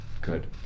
Good